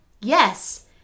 yes